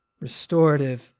Restorative